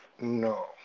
no